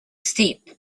steep